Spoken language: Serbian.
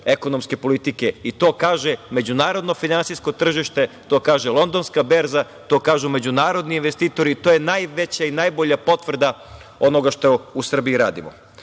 ekonomske politike i to kaže međunarodno finansijsko tržište, to kaže Londonska berza, to kažu međunarodni investitori. To je najveća i najbolja potvrda onoga što u Srbiji radimo. Sada